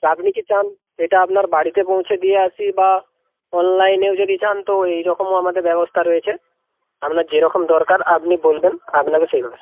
তা আপনি কি চান এটা আপনার বাড়িতে পৌঁছে দিয়ে আসি বা অনলাইনেও যদি চান তো এই রকমও আমাদের ব্যবস্থা রয়েছে আপনার যেরকম দরকার আপনি বলবেন আপনাকে সেই ভাবে